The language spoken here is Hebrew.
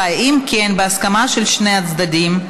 אם כן, בהסכמה של שני הצדדים,